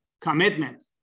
commitment